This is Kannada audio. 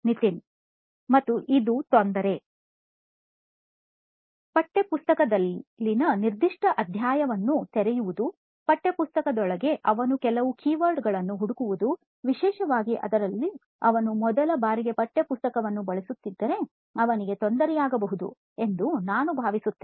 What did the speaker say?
ನಿತಿನ್ ಮತ್ತು ಇದು ತೊಂದರೆ ಪಠ್ಯಪುಸ್ತಕದಲ್ಲಿನ ನಿರ್ದಿಷ್ಟ ಅಧ್ಯಾಯವನ್ನು ತೆರಿಯುವುದು ಪಠ್ಯಪುಸ್ತಕದೊಳಗೆ ಅವನು ಕೆಲವು ಕೀವರ್ಡ್ಗಳು ಹುಡುಕವುದು ವಿಶೇಷವಾಗಿ ಅದರಲ್ಲೂ ಅವನು ಮೊದಲ ಬಾರಿಗೆ ಪಠ್ಯಪುಸ್ತಕವನ್ನು ಬಳಸುತ್ತಿದ್ದರೆ ಅವನಿಗೆ ತೊಂದರೆಯಾಗಬಹುದು ಎಂದು ನಾನು ಭಾವಿಸುತ್ತೇನೆ